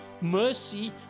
mercy